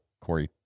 Corey